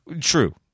True